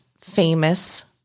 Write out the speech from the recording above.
famous